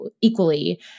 equally